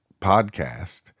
podcast